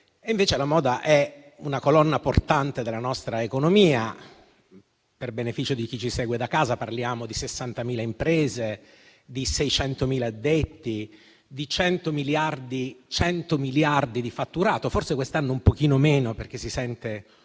Invece, la moda è una colonna portante della nostra economia; per beneficio di chi ci segue da casa, parliamo di 60.000 imprese, 600.000 addetti, 100 miliardi di fatturato (forse quest'anno un po' meno, perché si sente